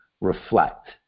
reflect